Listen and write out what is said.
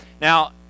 now